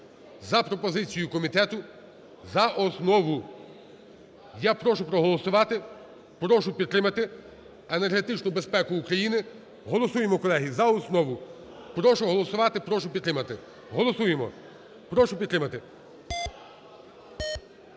за пропозицією комітету за основу. Я прошу проголосувати, прошу підтримати енергетичну безпеку України. Голосуємо, колеги, за основу. Прошу голосувати, прошу підтримати. Голосуємо, прошу підтримати.